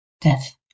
death